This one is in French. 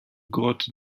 grottes